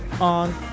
on